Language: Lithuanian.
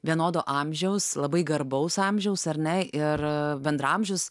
vienodo amžiaus labai garbaus amžiaus ar ne ir bendraamžius